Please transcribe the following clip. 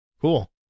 Cool